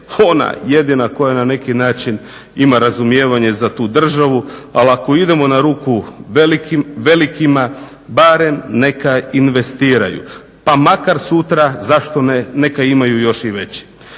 ona jedina koja na neki način ima razumijevanja i za tu državu, ali ako idemo na ruku velikima barem neka investiraju pa makar sutra zašto ne neka imaju još i više.